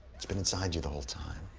it's been inside you the whole time.